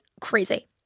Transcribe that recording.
crazy